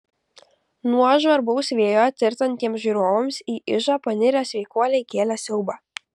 nuo žvarbaus vėjo tirtantiems žiūrovams į ižą panirę sveikuoliai kėlė siaubą